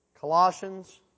Colossians